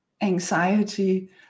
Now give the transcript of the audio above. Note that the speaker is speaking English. anxiety